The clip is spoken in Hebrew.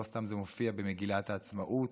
לא סתם זה מופיע במגילת העצמאות,